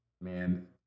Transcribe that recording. man